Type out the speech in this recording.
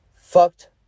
Fucked